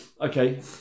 Okay